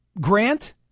grant